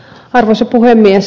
arvoisa puhemies